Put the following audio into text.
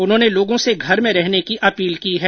उन्होंने लोगों से घर में रहने की अपील की है